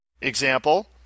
Example